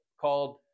called